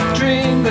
dream